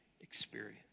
experience